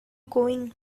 going